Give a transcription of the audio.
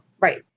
Right